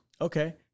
Okay